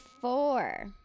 four